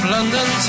London